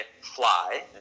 fly